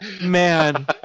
man